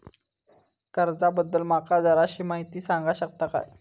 कर्जा बद्दल माका जराशी माहिती सांगा शकता काय?